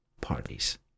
parties